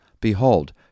Behold